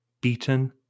beaten